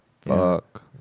Fuck